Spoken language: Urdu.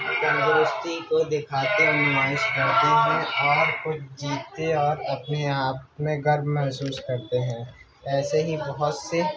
تندرستی کو دکھاتے نمائش کرتے ہیں اور کچھ جیتتے اور اپنے آپ میں گرو محسوس کرتے ہیں ایسے ہی بہت سے